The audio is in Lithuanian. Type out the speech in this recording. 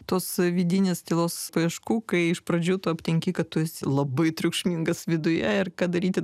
tos vidinės tylos paieškų kai iš pradžių tu aptinki kad tu esi labai triukšmingas viduje ir ką daryti